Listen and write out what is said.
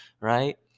right